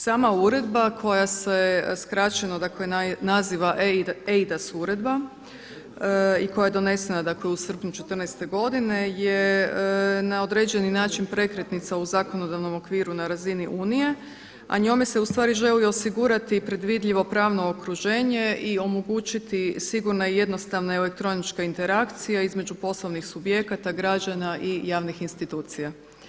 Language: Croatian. Sama uredba koja se skraćeno dakle naziva eIDAS uredba i koja je donesena dakle u srpnju godine je na određeni način prekretnica u zakonodavnom okviru na razini Unije a njome se ustvari želi osigurati predvidljivo pravno okruženje i omogućiti sigurnu i jednostavnu elektroničku interakciju između poslovnih subjekata, građana i javnih institucija.